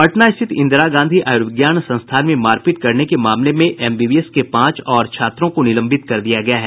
पटना स्थित इंदिरा गांधी आयुर्विज्ञान संस्थान में मारपीट करने के मामले में एमबीबीएस के पांच और छात्रों को निलंबित कर दिया गया है